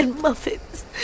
Muffins